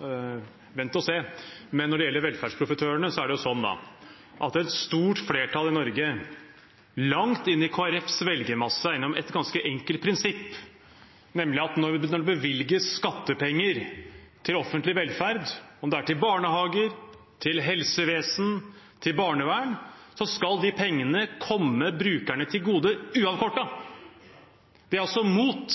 Når det gjelder velferdsprofitørene, er det sånn at et stort flertall i Norge – langt inn i Kristelig Folkepartis velgermasse – er enige om et ganske enkelt prinsipp, nemlig at når det bevilges skattepenger til offentlig velferd, om det er til barnehager, til helsevesen, til barnevern, skal de pengene komme brukerne til gode, uavkortet. De er altså imot